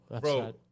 Bro